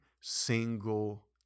single